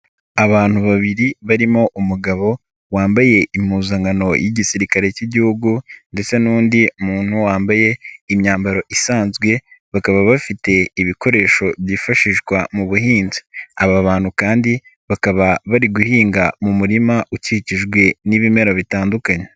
Abantu babiri barimo umugabo, wambaye impuzankano y'igisirikare cy'Igihugu ndetse n'undi muntu wambaye imyambaro isanzwe, bakaba bafite ibikoresho byifashishwa mu buhinzi, aba bantu kandi bakaba bari guhinga mu murima ukikijwe n'ibimera bitandukanye.